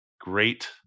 great